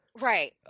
Right